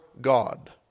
God